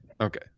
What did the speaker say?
Okay